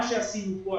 מה שעשינו כאן,